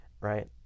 right